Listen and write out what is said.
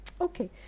Okay